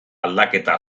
aldaketa